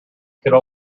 could